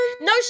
No